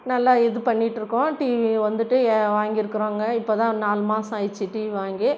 நல்லா இது பண்ணிகிட்ருக்கோம் டிவி வந்துட்டு ஏ வாங்கியிருக்குறோங்க இப்போ தான் நாலு மாதம் ஆயிடுச்சு டிவி வாங்கி